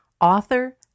author